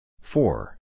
four